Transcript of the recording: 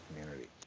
community